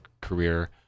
career